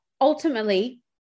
Ultimately